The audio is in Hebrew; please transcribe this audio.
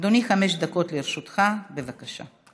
אדוני, חמש דקות לרשותך, בבקשה.